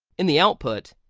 in the output.